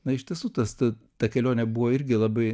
na iš tiesų tas ta ta kelionė buvo irgi labai